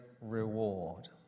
reward